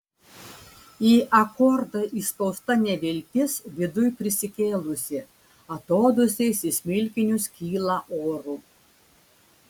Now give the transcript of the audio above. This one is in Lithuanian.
į akordą įspausta neviltis viduj prisikėlusi atodūsiais į smilkinius kyla oru